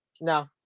No